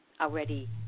already